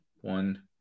one